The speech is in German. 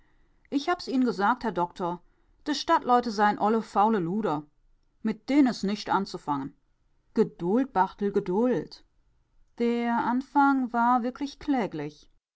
ich hab es ihn'n gesagt herr doktor de stadtleute sein olle faule luder mit den is nischt anzufangen geduld barthel geduld der anfang war wirklich kläglich